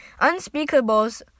unspeakables